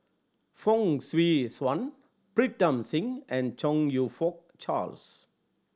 Fong Swee Suan Pritam Singh and Chong You Fook Charles